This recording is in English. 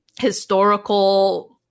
historical